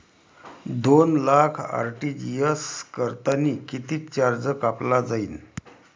दोन लाख आर.टी.जी.एस करतांनी कितीक चार्ज कापला जाईन?